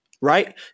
right